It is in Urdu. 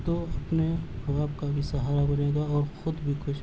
تو اپنے ماں باپ کا بھی سہارا بنے گا اور خود بھی کچھ